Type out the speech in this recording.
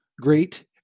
great